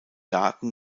daten